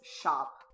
shop